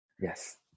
Yes